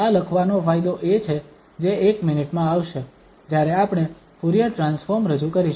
આ લખવાનો ફાયદો એ છે જે એક મિનિટમાં આવશે જ્યારે આપણે ફુરીયર ટ્રાન્સફોર્મ રજૂ કરીશું